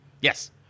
Yes